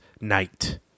night